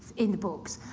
in the books.